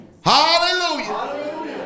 Hallelujah